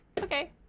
Okay